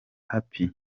happy